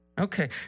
Okay